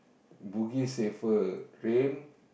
Bugis safer rain